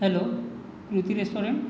hello Kriti restaurant